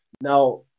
Now